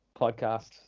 podcast